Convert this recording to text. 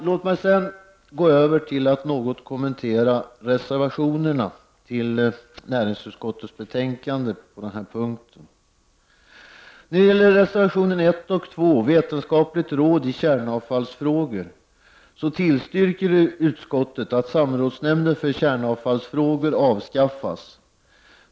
Låt mig sedan gå över till att något kommentera de reservationer som är fogade till näringsutskottets betänkande. Reservationerna nr 1 och 2 tar upp frågan om vetenskapligt råd i kärnavfallsfrågor. Utskottet tillstyrker att samrådsnämnden för kärnavfallsfrågor avskaffas.